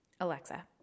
Alexa